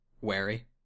wary